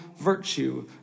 Virtue